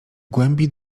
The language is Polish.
głębi